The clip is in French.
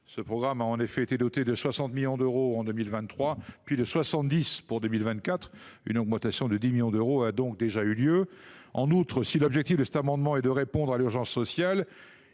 ce programme a été doté en 2023 de 60 millions d’euros, puis de 70 millions d’euros pour 2024. Une augmentation de 10 millions d’euros a donc déjà eu lieu. En outre, si l’objectif de cet amendement est de répondre à l’urgence sociale,